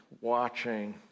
watching